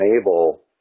enable